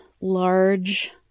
large